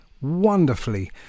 wonderfully